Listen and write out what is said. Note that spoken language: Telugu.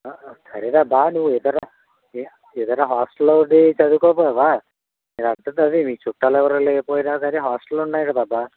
సరేనమ్మా నువ్వు ఏదోరకంగా ఏదైనా హాస్టల్లో ఉండి చదుకోకపోయావా నేనంటున్నది అదే మీ చుట్టాలెవరూ లేపోయినా కాని హాస్టల్లున్నాయి కదమ్మా